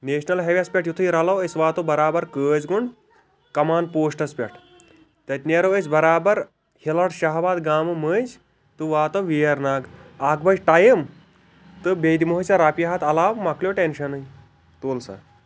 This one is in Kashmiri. نیٚشنل ہاے ویٚیس پٮ۪ٹھ یُتھٕے رَلو أسۍ واتو برابر قٲضگُنڈ کمان پوسٹس پٮ۪ٹھ تَتہِ نیرو أسۍ برابر ہِلڈ شاہ باد گامہٕ مٔنٛزۍ تہٕ واتو ویر ناگ اکھ بچہِ ٹایِم تہٕ بیٚیہِ دِمہوے ژےٚ رۄپیہِ ہَتھ علاو مۄکلو ٹٮ۪نٛشنٕے تُلسَہ